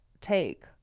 take